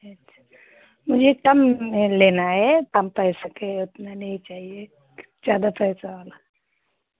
अच्छा मुझे कम में लेना है कम पैसों के उतना नहीं चाहिए ज़्यादा पैसा वाला